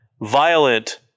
violent